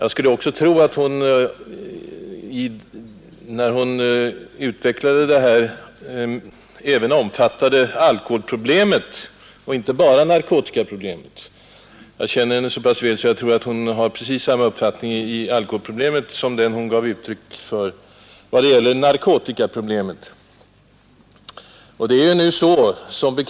Jag skulle också tro att hon, när hon utvecklade detta, även tänkte på alkoholproblemet och inte bara på narkotikaproblemet. Jag känner henne så pass väl att jag tror mig kunna säga att hon har samma uppfattning om alkoholproblemet som hon gav uttryck för när det gäller narkotikaproblemet.